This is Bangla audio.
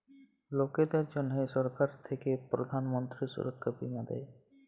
লকদের জনহ সরকার থাক্যে প্রধান মন্ত্রী সুরক্ষা বীমা দেয়